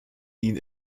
ihn